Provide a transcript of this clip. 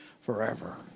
forever